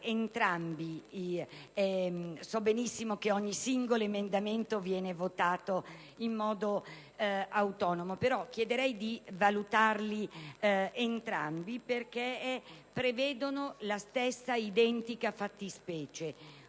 So benissimo che ogni singolo emendamento viene votato in modo autonomo, però chiedo al relatore di valutarli entrambi perché prevedono la stessa identica fattispecie: